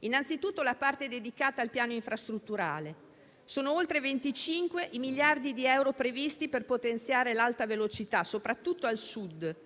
Innanzitutto la parte dedicata al piano infrastrutturale: sono oltre 25 i miliardi di euro previsti per potenziare l'Alta velocità, soprattutto al Sud,